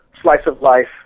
slice-of-life